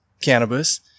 cannabis